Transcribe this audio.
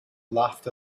laughed